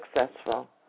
successful